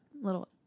little